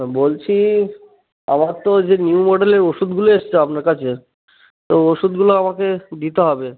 হ্যাঁ বলছি আমার তো যে নিউ মডেলের ওষুধগুলো এসছে আপনার কাছে তো ওষুধগুলো আমাকে দিতে হবে